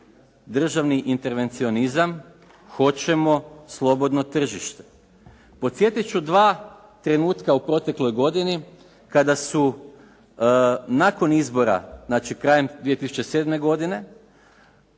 državni intervencionizam, hoćemo slobodno tržište. Podsjetit ću dva trenutka u protekloj godini kada su nakon izbora, znači krajem 2007. godine,